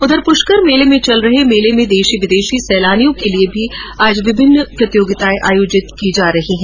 उधर पृष्कर में चल रहे मेले में देशी विदेशी सैलानियों के लिए आज भी विभिन्न प्रतियोगिताएं आयोजित की जा रही है